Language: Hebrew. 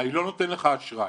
אני לא נותן לך אשראי.